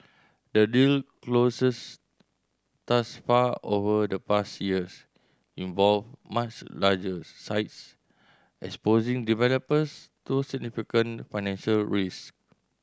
the deal closes thus far over the past years involved much larger sites exposing developers to significant financial risk